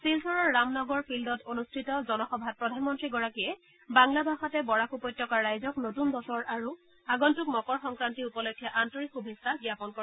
শিলচৰৰ ৰামনগৰ ফিল্ডত অন্ঠিত জনসভাত প্ৰধানমন্ত্ৰীগৰাকীয়ে বাংলা ভাষাতে বৰাক উপত্যকাৰ ৰাইজক নতুন বছৰ আৰু আগম্ভক মকৰ সংক্ৰান্তি উপলক্পে আন্তৰিক শুভেচ্ছা জ্ঞাপন কৰে